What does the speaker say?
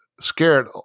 scared